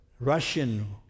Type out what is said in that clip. Russian